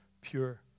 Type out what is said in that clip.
pure